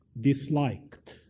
disliked